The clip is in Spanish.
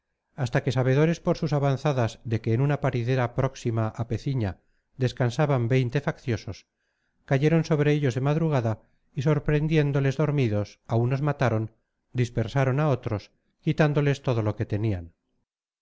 hasta que sabedores por sus avanzadas de que en una paridera próxima a peciña descansaban veinte facciosos cayeron sobre ellos de madrugada y sorprendiéndoles dormidos a unos mataron dispersaron a otros quitándoles todo lo que tenían